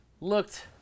looked –